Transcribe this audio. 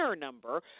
number